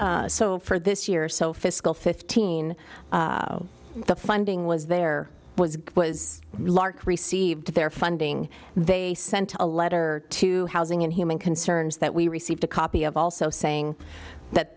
lark so far this year so fiscal fifteen the funding was there was was a lark received their funding they sent a letter to housing and human concerns that we received a copy of also saying that